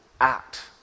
act